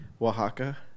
Oaxaca